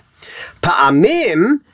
Pa'amim